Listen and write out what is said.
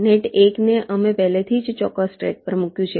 net 1ને અમે પહેલાથી જ ચોક્કસ ટ્રેક પર મૂક્યું છે